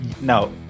no